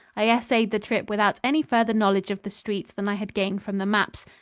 i essayed the trip without any further knowledge of the streets than i had gained from the maps.